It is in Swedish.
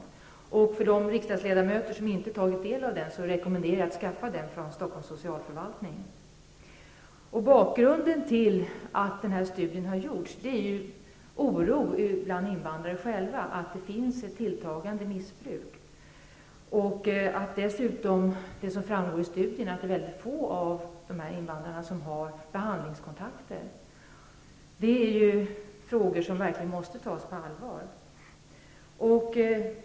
Jag rekommenderar de riksdagsledamöter som inte har tagit del av denna studie att skaffa den från Anledningen till att den här studien har gjorts är den oro som finns bland invandrarna själva inför det tilltagande missbruket. Som framgår av studien är det väldigt få av de här invandrarna som har behandlingskontakter. Dessa frågor måste verkligen tas på allvar.